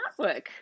artwork